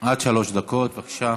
עד שלוש דקות, בבקשה.